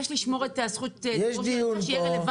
אני אבקש לשמור את זכות הדיבור שלי ואתייחס לנוסח עת זה יהיה רלוונטי.